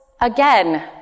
again